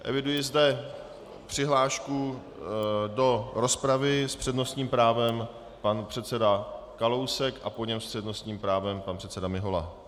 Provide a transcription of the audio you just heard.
Eviduji zde přihlášku do rozpravy s přednostním právem pan předseda Kalousek a po něm s přednostním právem pan předseda Mihola.